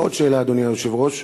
ועוד שאלה, אדוני היושב-ראש,